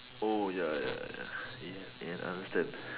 oh ya ya ya e~ eh understand